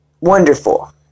Wonderful